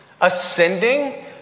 ascending